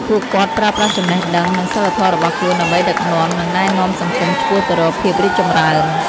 ពួកគាត់ប្រើប្រាស់ចំណេះដឹង និងសីលធម៌របស់ខ្លួនដើម្បីដឹកនាំ និងណែនាំសង្គមឆ្ពោះទៅរកភាពរីកចម្រើន។